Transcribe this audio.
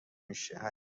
میشه